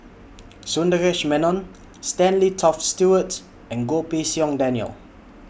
Sundaresh Menon Stanley Toft Stewart and Goh Pei Siong Daniel